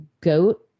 goat